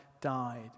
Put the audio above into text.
died